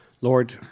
Lord